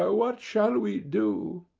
ah what shall we do?